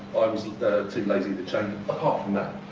i was too lazy to change them apart from that.